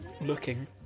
Looking